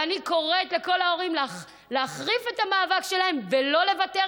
ואני קוראת לכל ההורים להחריף את המאבק שלהם ולא לוותר,